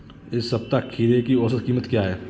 इस सप्ताह खीरे की औसत कीमत क्या है?